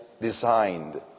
designed